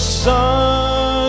sun